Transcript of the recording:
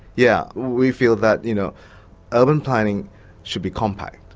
yeah we feel that you know urban planning should be compact.